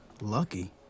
lucky